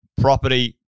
property